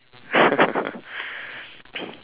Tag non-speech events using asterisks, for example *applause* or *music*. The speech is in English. *laughs*